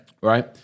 Right